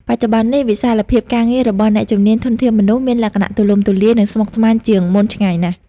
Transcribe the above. បច្ចុប្បន្ននេះ វិសាលភាពការងាររបស់អ្នកជំនាញ ធនធានមនុស្ស មានលក្ខណៈទូលំទូលាយ និងស្មុគស្មាញជាងមុនឆ្ងាយណាស់។